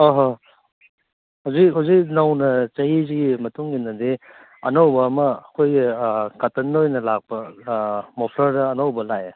ꯍꯣꯏ ꯍꯣꯏ ꯍꯧꯖꯤꯛ ꯍꯧꯖꯤꯛ ꯅꯧꯅ ꯆꯍꯤꯁꯤꯒꯤ ꯃꯇꯨꯡ ꯏꯟꯅꯗꯤ ꯑꯅꯧꯕ ꯑꯃ ꯑꯩꯈꯣꯏꯒꯤ ꯀꯇꯟꯗ ꯑꯣꯏꯅ ꯂꯥꯛꯄ ꯃꯐ꯭ꯂꯔ ꯑꯅꯧꯕ ꯂꯥꯛꯑꯦ